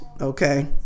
Okay